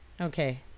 okay